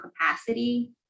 capacity